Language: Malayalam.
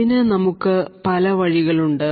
ഇതിന് നമുക്ക് പല വഴികളുണ്ട്